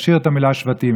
נשאיר את המילה שבטים,